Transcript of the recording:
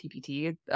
TPT